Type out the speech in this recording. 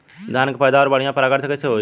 धान की पैदावार बढ़िया परागण से कईसे होई?